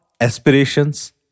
aspirations